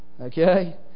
okay